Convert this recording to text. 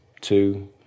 two